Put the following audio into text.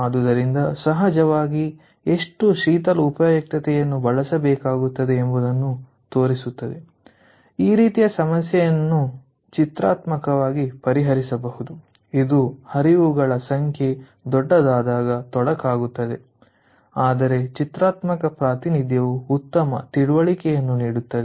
ಆದ್ದರಿಂದ ಸಹಜವಾಗಿ ಎಷ್ಟು ಶೀತಲ ಉಪಯುಕ್ತತೆಯನ್ನು ಬಳಸಬೇಕಾಗುತ್ತದೆ ಎಂಬುದನ್ನು ತೋರಿಸುತ್ತದೆ ಈ ರೀತಿಯ ಸಮಸ್ಯೆಯನ್ನು ಚಿತ್ರಾತ್ಮಕವಾಗಿ ಪರಿಹರಿಸಬಹುದು ಇದು ಹರಿವುಗಳ ಸಂಖ್ಯೆ ದೊಡ್ಡದಾದಾಗ ತೊಡಕಾಗುತ್ತದೆ ಆದರೆ ಚಿತ್ರಾತ್ಮಕ ಪ್ರಾತಿನಿಧ್ಯವು ಉತ್ತಮ ತಿಳುವಳಿಕೆಯನ್ನು ನೀಡುತ್ತದೆ